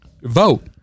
vote